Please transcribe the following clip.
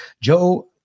Joe